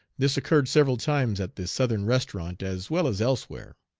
this occurred several times at the southern restaurant, as well as elsewhere.